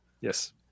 Yes